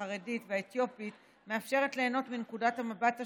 החרדית והאתיופית מאפשרת ליהנות מנקודות המבט השונות,